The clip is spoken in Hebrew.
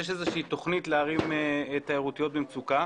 אנחנו מבינים שיש איזושהי תוכנית לערים תיירותיות במצוקה.